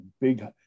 big